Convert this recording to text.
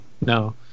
no